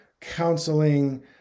counseling